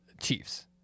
Chiefs